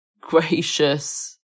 gracious